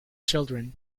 children